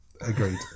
agreed